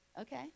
Okay